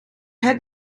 had